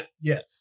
Yes